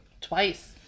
Twice